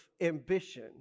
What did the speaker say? ambition